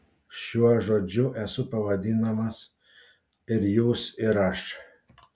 šiuo žodžiu esu pavadinamas ir jūs ir aš